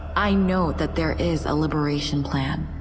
i know that there is a liberation plan.